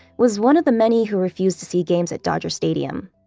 was one of the many who refuse to see games at dodger stadium.